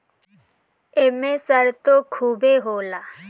एमे सरतो खुबे होला